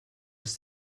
was